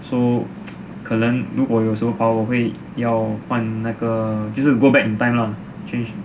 so 可能如果这个 power 我会要换那个就是 go back in time and change